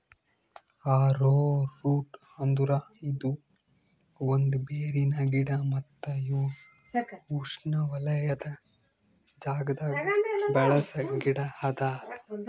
arrowroot ಅಂದುರ್ ಇದು ಒಂದ್ ಬೇರಿನ ಗಿಡ ಮತ್ತ ಇವು ಉಷ್ಣೆವಲಯದ್ ಜಾಗದಾಗ್ ಬೆಳಸ ಗಿಡ ಅದಾ